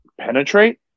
penetrate